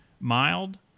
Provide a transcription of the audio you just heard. mild